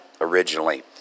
originally